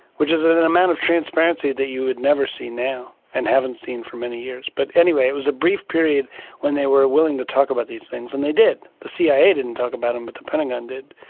which is an an amount of transparency that you would never see now and haven't seen for many years. but anyway, it was a brief period when they were willing to talk about these things, and they did. the cia didn't talk about them but the pentagon did.